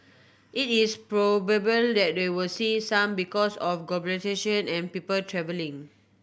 it is probable that they will see some because of globalisation and people travelling